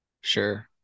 sure